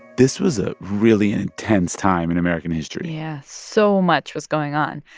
this was a really intense time in american history yeah, so much was going on.